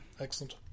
excellent